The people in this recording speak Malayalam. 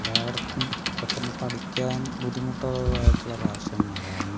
എല്ലാവർക്കും പെട്ടെന്ന് പഠിക്കാൻ ബുദ്ധിമുട്ടുള്ളതായിട്ടുള്ള ഭാഷയാണ് മലയാളമെന്നു പറയുന്നത്